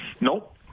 Nope